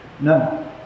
No